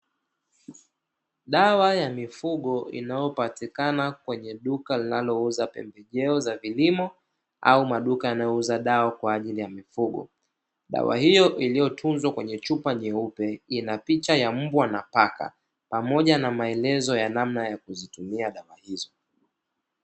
Dawa ya mifugo inayopatikana kwenye duka linalouza pembejeo za kilimo au maduka yanayouza dawa kwa ajili ya mifugo. Dawa hiyo iliyotunzwa kwenye chupa nyeupe ina picha ya mbwa na paka pamoja na maelezo ya namna ya kuzitumia dawa hizo.